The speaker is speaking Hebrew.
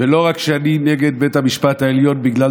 ולא רק שאני לא נגד בית המשפט העליון בגלל